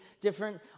different